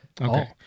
Okay